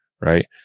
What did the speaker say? Right